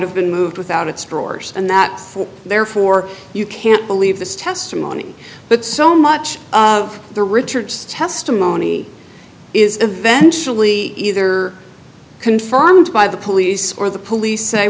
have been moved without its doors and that therefore you can't believe this testimony but so much of the richards testimony is eventually either confirmed by the police or the police say